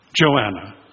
Joanna